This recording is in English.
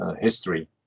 history